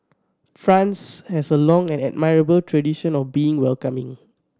France has a long and admirable tradition of being welcoming